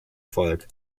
volk